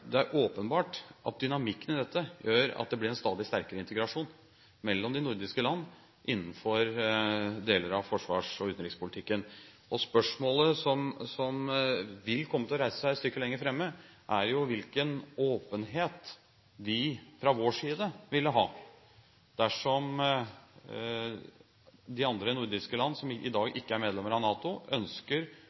åpenbart at dynamikken i dette gjør at det blir en stadig sterkere integrasjon mellom de nordiske land innenfor deler av forsvars- og utenrikspolitikken. Spørsmålet som vil komme til å reise seg et stykke lenger fremme, er jo hvilken åpenhet vi fra vår side vil ha dersom de andre nordiske land, som i dag ikke er medlemmer av NATO, ønsker